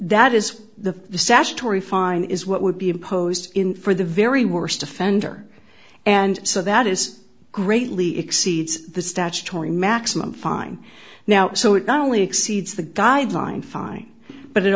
that is the the statutory fine is what would be imposed in for the very worst offender and so that is greatly exceeds the statutory maximum fine now so it not only exceeds the guideline fine but it